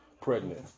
pregnant